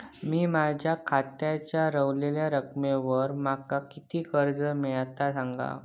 मी माझ्या खात्याच्या ऱ्हवलेल्या रकमेवर माका किती कर्ज मिळात ता सांगा?